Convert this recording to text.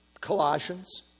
Colossians